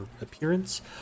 appearance